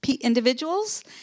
individuals